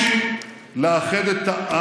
בין ההתנהגות הלא-מכובדת הזאת לקושי לאחד את העם,